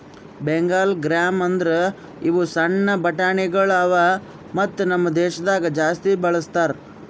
Bengal gram ಅಂದುರ್ ಇವು ಸಣ್ಣ ಬಟಾಣಿಗೊಳ್ ಅವಾ ಮತ್ತ ನಮ್ ದೇಶದಾಗ್ ಜಾಸ್ತಿ ಬಳ್ಸತಾರ್